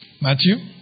Matthew